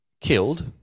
killed